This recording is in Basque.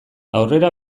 aurrera